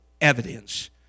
evidence